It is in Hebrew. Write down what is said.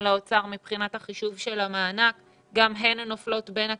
לאוצר מבחינת חישוב המענק וגם הן נופלות בין הכיסאות.